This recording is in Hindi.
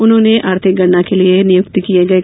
उन्होंने आर्थिक गणना के लिए नियुक्त किये गये